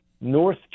north